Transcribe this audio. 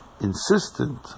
insistent